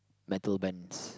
metal bands